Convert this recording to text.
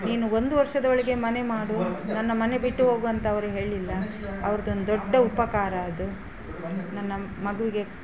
ನೀನು ಒಂದು ವರ್ಷದೊಳಗೆ ಮನೆ ಮಾಡು ನನ್ನ ಮನೆ ಬಿಟ್ಟು ಹೋಗು ಅಂತ ಅವರು ಹೇಳಿಲ್ಲ ಅವ್ರ್ದೊಂದು ದೊಡ್ಡ ಉಪಕಾರ ಅದು ನನ್ನ ಮಗುಗೆ